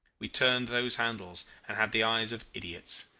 we turned those handles, and had the eyes of idiots.